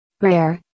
Rare